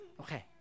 Okay